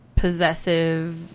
possessive